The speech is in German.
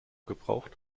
gebraucht